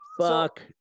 Fuck